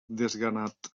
desganat